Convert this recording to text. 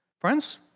Friends